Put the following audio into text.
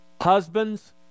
Husbands